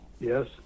Yes